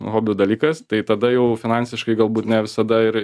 hobių dalykas tai tada jau finansiškai galbūt ne visada ir